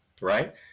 Right